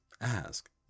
ask